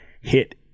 hit